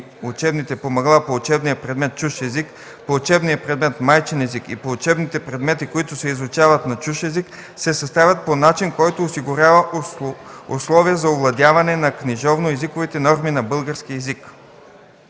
учебните помагала по учебния предмет „Чужд език”, по учебния предмет „Майчин език” и по учебните предмети, които се изучават на чужд език, се съставят по начин, който осигурява условия за овладяване на книжовно езиковите норми на българския език.”